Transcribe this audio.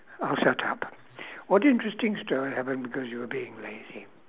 I'll shut up what interesting story happened because you were being lazy